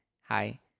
hi